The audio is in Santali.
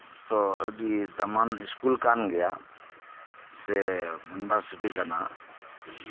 ᱛᱚ ᱟᱹᱰᱤ ᱫᱟᱢᱟᱱ ᱤᱥᱠᱩᱞ ᱠᱟᱱ ᱜᱮᱭᱟ ᱥᱮ ᱤᱭᱩᱱᱤᱵᱷᱟᱨᱥᱤᱴᱤ ᱠᱟᱱᱟ